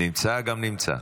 נמצא גם נמצא.